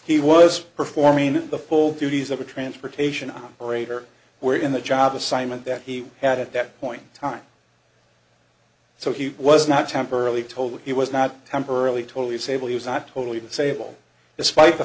he was performing the full duties of a transportation operator were in the job assignment that he had at that point time so he was not temporarily told he was not temporarily totally stable he was not totally disabled despite the